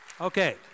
Okay